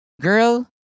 Girl